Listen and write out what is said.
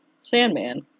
sandman